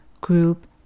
group